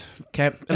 Okay